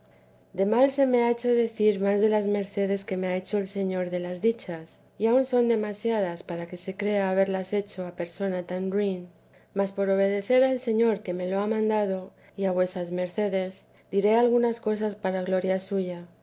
mal se me hace decir más de las mercedes que me ha hecho el señor de las dichas y aun son demasiadas para que se crea haberlas hecho a persona tan ruin mas por obedecer al señor que me lo ha mandado y a vuesas mercedes diré algunas cosas para gloria suya